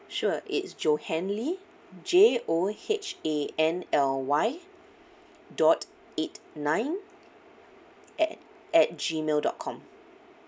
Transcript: sure it's johanly J O H A N L Y dot eight nine at at G mail dot com